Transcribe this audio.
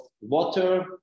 water